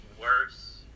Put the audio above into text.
worse